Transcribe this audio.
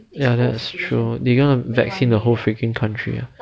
ya that's true they gonna vaccine the whole freaking country